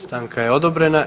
stanka je odobrena.